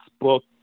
book